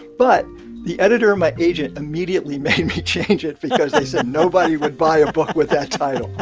but the editor and my agent immediately made me change it. because they said nobody would buy a book with that title ah